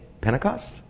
Pentecost